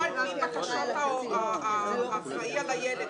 לא על פי בקשות האחראי על הילד,